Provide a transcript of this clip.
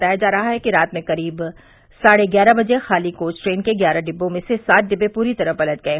बताया जा रहा है कि रात में करीब साढ़े ग्यारह बजे खाली कोच ट्रेन के ग्यारह डिब्बों मे से से सात डिब्बे पूरी तरह पलट गये